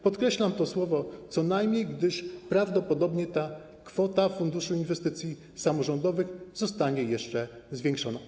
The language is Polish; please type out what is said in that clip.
Podkreślam te słowa „co najmniej”, gdyż prawdopodobnie kwota Funduszu Inwestycji Samorządowych zostanie jeszcze zwiększona.